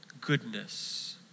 goodness